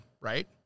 right